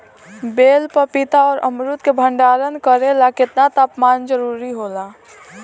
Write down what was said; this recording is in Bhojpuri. बेल पपीता और अमरुद के भंडारण करेला केतना तापमान जरुरी होला?